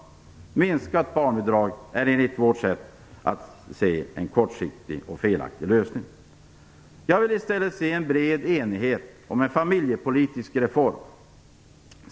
Minskat barnbidrag är enligt vårt sätt att se en kortsiktig och felaktig lösning. Jag vill i stället se en bred enighet om en familjepolitisk reform.